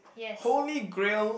Holy Grail